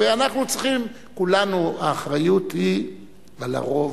ואנחנו צריכים, כולנו, האחריות היא על הרוב.